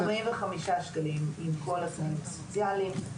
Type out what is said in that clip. כ-45 שקלים לשעה, עם כל התנאים הסוציאליים.